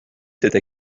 cette